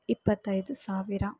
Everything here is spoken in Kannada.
ಇಪ್ಪತೈದು ಸಾವಿರ